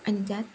आणि त्यात